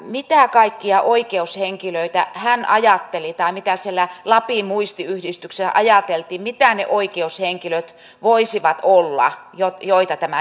mitä kaikkia oikeushenkilöitä hän ajatteli tai mitä siellä lapin muistiyhdistyksessä ajateltiin mitä ne oikeushenkilöt voisivat olla joita tämä koskisi